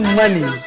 money